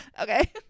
okay